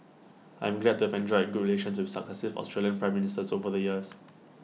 I am glad to have enjoyed good relations with successive Australian Prime Ministers over the years